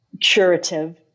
curative